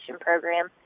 program